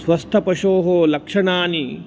स्वस्थपशोः लक्षणानि